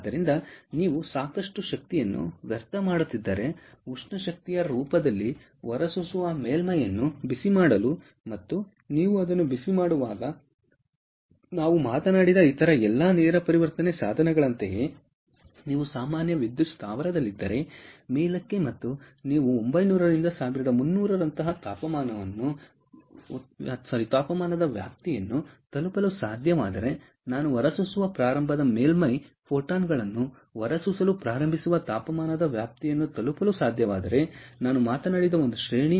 ಆದ್ದರಿಂದ ನೀವು ಸಾಕಷ್ಟು ಶಕ್ತಿಯನ್ನು ವ್ಯರ್ಥ ಮಾಡುತ್ತಿದ್ದರೆ ಉಷ್ಣ ಶಕ್ತಿಯ ರೂಪದಲ್ಲಿ ಹೊರಸೂಸುವ ಮೇಲ್ಮೈಯನ್ನು ಬಿಸಿಮಾಡಲು ಮತ್ತು ನೀವು ಅದನ್ನು ಬಿಸಿ ಮಾಡುವಾಗ ನಾವು ಮಾತನಾಡಿದ ಇತರ ಎಲ್ಲಾ ನೇರ ಪರಿವರ್ತನೆ ಸಾಧನಗಳಂತೆಯೇ ನೀವು ಸಾಮಾನ್ಯ ವಿದ್ಯುತ್ ಸ್ಥಾವರದಲ್ಲಿದ್ದರೆ ಮೇಲಕ್ಕೆ ಮತ್ತು ನೀವು 900 ರಿಂದ 1300 ರಂತಹ ತಾಪಮಾನದ ವ್ಯಾಪ್ತಿಯನ್ನು ತಲುಪಲು ಸಾಧ್ಯವಾದರೆ ನಾನು ಹೊರಸೂಸುವ ಪ್ರಾರಂಭದ ಮೇಲ್ಮೈ ಫೋಟಾನ್ಗಳನ್ನು ಹೊರಸೂಸಲು ಪ್ರಾರಂಭಿಸುವ ತಾಪಮಾನದ ವ್ಯಾಪ್ತಿಯನ್ನು ತಲುಪಲು ಸಾಧ್ಯವಾದರೆ ನಾನು ಮಾತನಾಡಿದ ಒಂದು ಶ್ರೇಣಿ